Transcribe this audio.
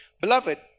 Beloved